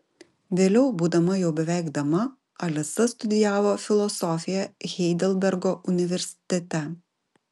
vėliau būdama jau beveik dama alisa studijavo filosofiją heidelbergo universitete